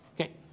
Okay